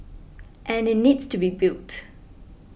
and it needs to be built